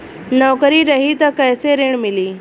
नौकरी रही त कैसे ऋण मिली?